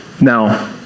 Now